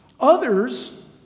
Others